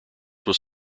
was